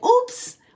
oops